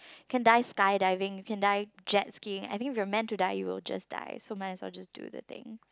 can die skydiving can die jetskiing I think if you were meant to die you will just die so might as well just do the things